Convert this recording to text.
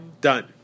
Done